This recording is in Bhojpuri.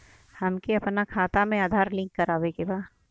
हमके अपना खाता में आधार लिंक करावे के बा?